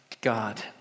God